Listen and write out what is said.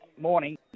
morning